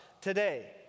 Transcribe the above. today